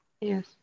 yes